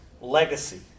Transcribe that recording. legacy